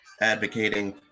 advocating